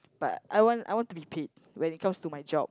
but I want I want to be paid when it comes to my job